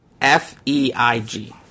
F-E-I-G